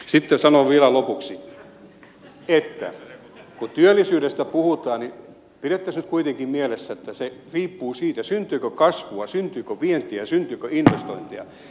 sitten sanon vielä lopuksi että kun työllisyydestä puhutaan niin pidettäisiin nyt kuitenkin mielessä että se riippuu siitä syntyykö kasvua syntyykö vientiä syntyykö investointeja